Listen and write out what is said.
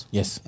Yes